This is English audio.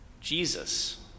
Jesus